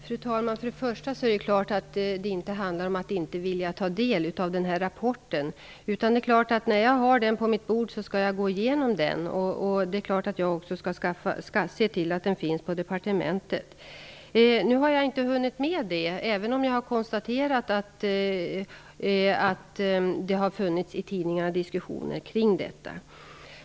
Fru talman! Naturligtvis handlar det inte om att inte vilja ta del av den här rapporten. När jag har den på mitt bord skall jag gå igenom den, och det är klart att jag också skall se till att den finns på departementet. Nu har jag inte hunnit med det, även om jag har konstaterat att det i tidningar har förekommit diskussioner kring den.